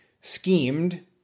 schemed